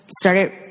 started